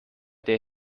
der